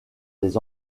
les